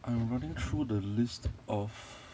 I'm running through the list of